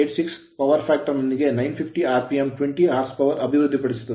86 power factor power factor ನೊಂದಿಗೆ 950 rpm 20 horse power ಅಶ್ವಶಕ್ತಿಯನ್ನು ಅಭಿವೃದ್ಧಿಪಡಿಸುತ್ತದೆ